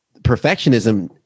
perfectionism